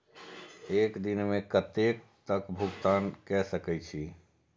एक दिन में कतेक तक भुगतान कै सके छी